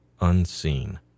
unseen